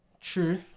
True